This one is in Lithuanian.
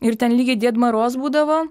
ir ten lygiai died maroz būdavo